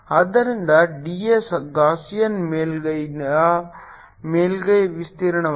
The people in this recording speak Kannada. ಆದ್ದರಿಂದ d s ಗಾಸಿಯನ್ ಮೇಲ್ಮೈಯ ಮೇಲ್ಮೈ ವಿಸ್ತೀರ್ಣವಾಗಿದೆ